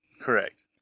Correct